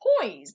poised